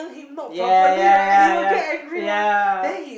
ya ya ya ya ya